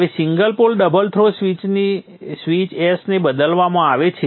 હવે single pole double throw સ્વિચથી switch S ને બદલવામાં આવે છે